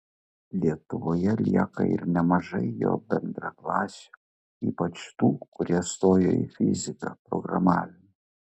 lietuvoje lieka ir nemažai jo bendraklasių ypač tų kurie stoja į fiziką programavimą